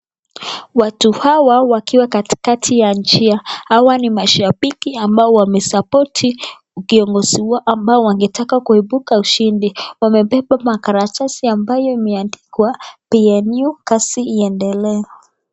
Watu hawa wakiwa katikati ya njia, hawa ni mashabiki ambao wamesapoti kiongozi wao ambao wangetaka kuibuka ushindi, wamebeba makaratasi ambayo imeandikwa PNU kazi iendelee.